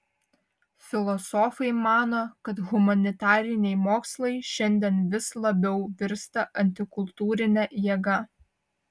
filosofai mano kad humanitariniai mokslai šiandien vis labiau virsta antikultūrine jėga